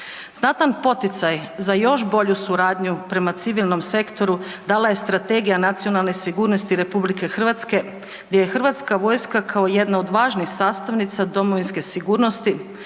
Znatan poticaj za još bolju suradnju prema civilnom sektoru dala je strategija nacionalne sigurnosti RH, gdje je HV kao jedna od važnih sastavnica domovinske sigurnosti